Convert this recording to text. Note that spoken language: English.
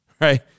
Right